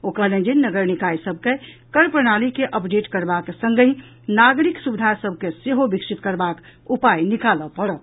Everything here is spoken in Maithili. ओ कहलनि जे नगर निकाय सभ के कर प्रणाली के अपडेट करबाक संगहि नागरिक सुविधा सभ के सेहो विकसित करबाक उपाय निकालऽ पड़त